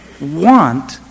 want